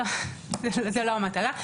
לא, זו לא המטרה.